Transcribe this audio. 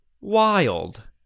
wild